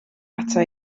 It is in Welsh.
ata